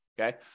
Okay